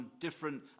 different